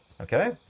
okay